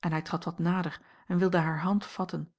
en hij trad wat nader en wilde hare hand vatten